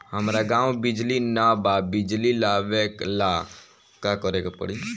हमरा गॉव बिजली न बा बिजली लाबे ला का करे के पड़ी?